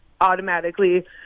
automatically